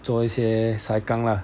做一些 saikang lah